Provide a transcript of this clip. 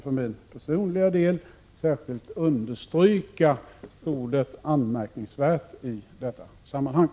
För min personliga del vill jag särskilt understryka ordet ”anmärkningsvärt” i detta sammanhang.